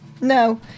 No